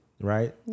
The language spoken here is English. right